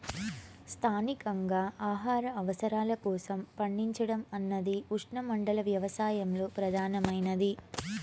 స్థానికంగా ఆహార అవసరాల కోసం పండించడం అన్నది ఉష్ణమండల వ్యవసాయంలో ప్రధానమైనది